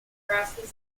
grasses